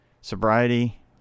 sobriety